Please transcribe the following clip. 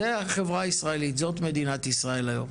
זו החברה הישראלית, זאת מדינת ישראל היום.